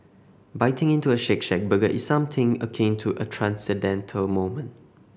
biting into a Shake Shack burger is something akin to a transcendental moment